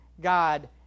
God